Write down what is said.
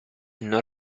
non